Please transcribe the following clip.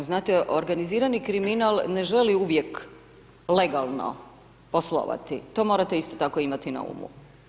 Znate, organizirani kriminal ne želi uvijek legalno poslovati, to morate isto tako imati na umu.